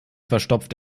verstopft